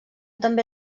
també